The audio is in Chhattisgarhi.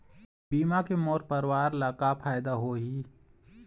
बीमा के मोर परवार ला का फायदा होही?